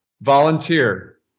volunteer